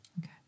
Okay